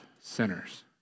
sinners